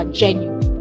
genuine